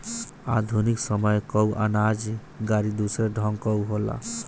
आधुनिक समय कअ अनाज गाड़ी दूसरे ढंग कअ होला